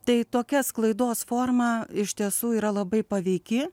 tai tokia sklaidos forma iš tiesų yra labai paveiki